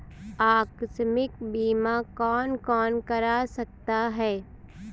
आकस्मिक बीमा कौन कौन करा सकता है?